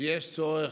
שיש צורך,